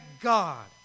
God